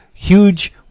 Huge